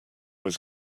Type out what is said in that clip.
was